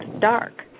dark